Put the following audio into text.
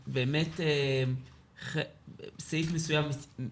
אבל יתרה מזו היא באמת מורכבת מכל